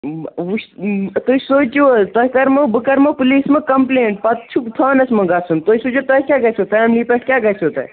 تُہۍ سوٗنٛچِو حظ تۄہہِ کَرمو بہٕ کَرمو پُلیٖس منٛز کَمپٕلینٛٹ پَتہٕ چھُو تھانَس منٛز گژھُن تُہۍ سوٗنٛچِو تۄہہِ کیٛاہ گژھیو فیملی پٮ۪ٹھ کیٛاہ گژھیو تۄہہِ